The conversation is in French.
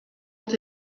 ont